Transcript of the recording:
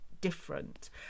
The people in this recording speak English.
different